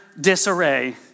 disarray